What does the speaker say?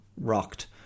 rocked